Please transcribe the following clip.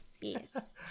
Yes